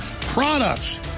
products